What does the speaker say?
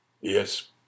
Yes